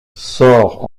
sort